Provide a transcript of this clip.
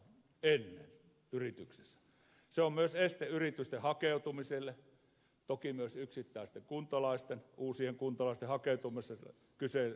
se on myös este yritysten toki myös yksittäisten kuntalaisten uusien kuntalaisten hakeutumiselle kyseessä oleville alueille